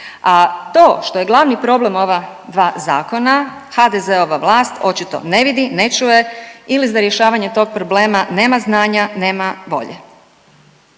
A to što je glavni problem ova dva zakona HDZ-ova vlast očito ne vidi i ne čuje ili za rješavanje tog problema nema znanja, nema volje.